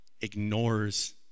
ignores